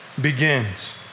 begins